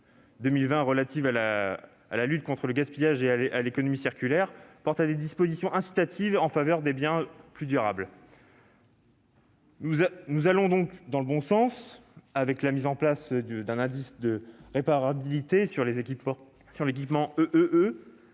2020 relative à la lutte contre le gaspillage et à l'économie circulaire porte des dispositions incitatives en faveur de biens plus durables. Nous allons donc dans le bon sens, avec la mise en place d'un indice de réparabilité sur les équipements